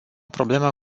problemă